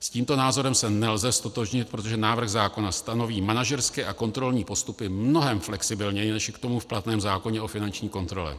S tímto názorem se nelze ztotožnit, protože návrh zákona stanoví manažerské a kontrolní postupy mnohem flexibilněji, než je tomu v platném zákoně o finanční kontrole.